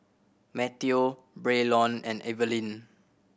Mateo Braylon and Evelyne